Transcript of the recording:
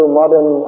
modern